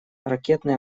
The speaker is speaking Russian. ракетные